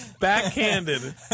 backhanded